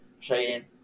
trading